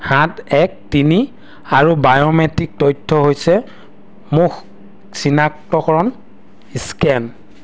সাত এক তিনি আৰু বায়োমেট্ৰিক তথ্য হৈছে মুখ চিনাক্তকৰণ স্কেন